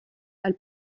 elle